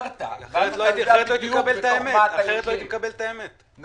לא הייתי מקבל את המציאות האמיתית.